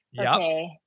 Okay